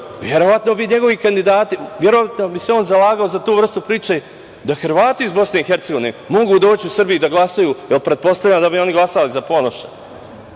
verovatno bi se on zalagao za tu vrstu priče da Hrvati iz BiH mogu doći u Srbiju da glasaju jer pretpostavljam da bi oni glasali za Ponoša,